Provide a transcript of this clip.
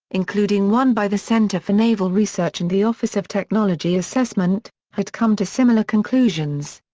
including one by the center for naval research and the office of technology assessment, had come to similar conclusions.